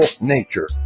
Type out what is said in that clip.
nature